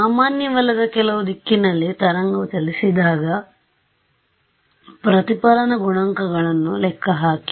ಸಾಮಾನ್ಯವಲ್ಲದ ಕೆಲವು ದಿಕ್ಕಿನಲ್ಲಿತರಂಗವು ಚಲಿಸಿದಾಗ ಪ್ರತಿಫಲನ ಗುಣಾಂಕಗಳನ್ನು ಲೆಕ್ಕಹಾಕಿ